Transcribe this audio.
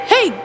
Hey